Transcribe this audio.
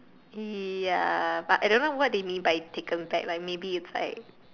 ya but I don't know what they mean by taken back like maybe it's like